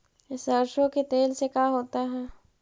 सरसों के तेल से का होता है?